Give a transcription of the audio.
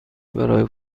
برای